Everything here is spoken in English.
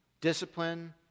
Discipline